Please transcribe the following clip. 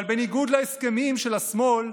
אבל בניגוד להסכמים של השמאל,